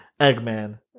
eggman